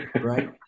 right